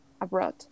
abroad